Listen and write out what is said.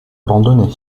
abandonné